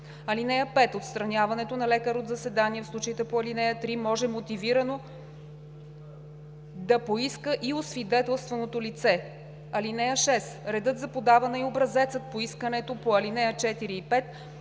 комисия. (5) Отстраняване на лекар от заседание в случаите по ал. 3 може мотивирано да поиска и освидетелстваното лице. (6) Редът за подаване и образецът на искането по ал. 4 и 5